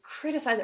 criticize